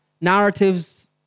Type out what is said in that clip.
narratives